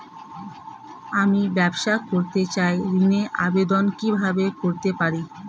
আমি ব্যবসা করতে চাই ঋণের আবেদন কিভাবে করতে পারি?